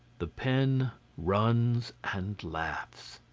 the pen runs and laughs.